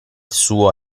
suo